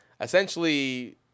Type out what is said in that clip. Essentially